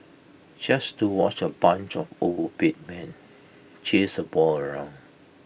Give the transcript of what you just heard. just to watch A bunch of overpaid men chase A ball around